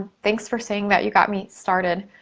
thanks for saying that you got me started.